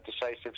decisive